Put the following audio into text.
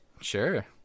Sure